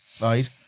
right